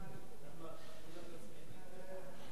בבקשה.